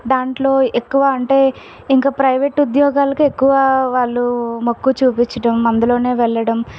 దాంట్లో ఎక్కువ అంటే ఇంక ప్రైవేట్ ఉద్యోగాలకు ఎక్కువ వాళ్ళు మక్కువ చూపించడం అందులో వెళ్ళడం